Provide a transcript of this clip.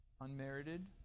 Unmerited